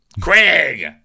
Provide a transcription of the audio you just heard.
Craig